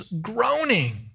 groaning